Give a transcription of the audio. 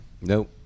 Nope